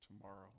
tomorrow